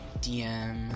DM